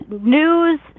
news